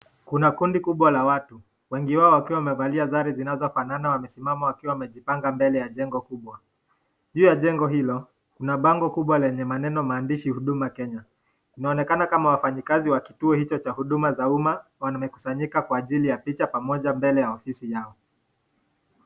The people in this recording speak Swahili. Kuna kundi kubwa la watu. Wengi wao wakiwa wamevalia sare zinazofanana wamesimama wakiwa wamejipanga mbele ya jengo kubwa. Juu ya jengo hilo, kuna bango kubwa lenye maneno maandishi huduma kenya. Inaonekana kama wafanyikazi wa kituo hicho cha huduma za uma wamekusanyika kwa ajili ya picha pamoja mbele ya ofisi yao.